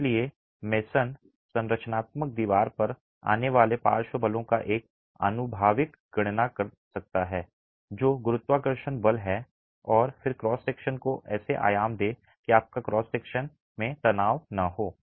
इसलिए मेसन संरचनात्मक दीवार पर आने वाले पार्श्व बलों का एक आनुभविक गणना कर सकता है जो गुरुत्वाकर्षण बल है और फिर क्रॉस सेक्शन को ऐसे आयाम दें कि आपको क्रॉस सेक्शन में तनाव न हो